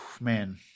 man